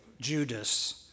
Judas